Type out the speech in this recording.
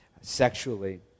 sexually